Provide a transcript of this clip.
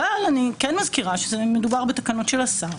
אבל אני כן מזכירה שמדובר בתקנות של השר,